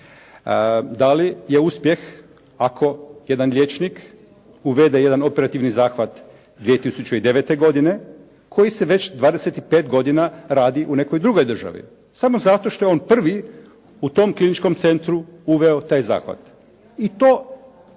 da li je uspjeh ako jedan liječnik uvede jedan operativni zahvat 2009. godine koji se već 25 godina radi u nekoj drugoj državi samo zato što je on prvi u tom kliničkom centru uveo taj zahvat?